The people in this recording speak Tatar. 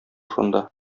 шунда